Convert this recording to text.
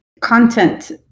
Content